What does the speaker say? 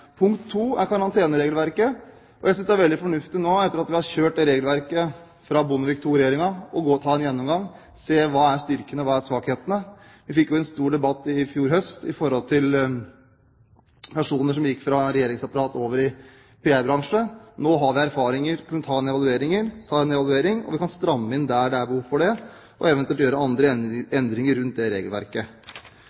Jeg synes det er veldig fornuftig nå, etter at vi har kjørt regelverket fra Bondevik II-regjeringen, å ta en gjennomgang og se hva som er styrkene, og hva som er svakhetene. Vi fikk en stor debatt i fjor høst om personer som gikk fra regjeringsapparatet over i PR-bransjen. Nå har vi erfaringer nok til å ta en evaluering. Vi kan stramme inn der det er behov for det, og eventuelt gjøre andre